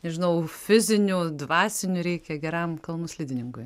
žinau fizinių dvasinių reikia geram kalnų slidininkui